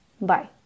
Bye